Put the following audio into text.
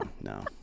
no